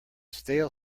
stale